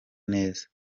neza